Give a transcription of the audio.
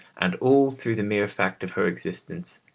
and all through the mere fact of her existence,